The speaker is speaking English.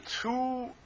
two